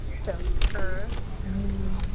so er, mm,